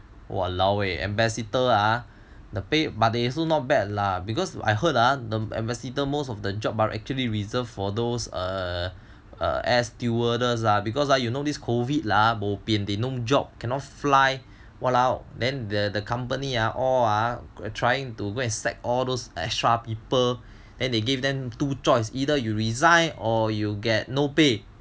!walaoeh! ambassador ah the pay but they also not bad lah because I heard ah ambassador most of the job are actually reserved for those err uh air stewardess ah because ah you know this COVID lah bopian they no job cannot fly !walao! then the company ah all ah trying to go and sack all those extra people and they give them two choice either you resign or you get no pay